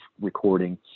recording